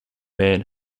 man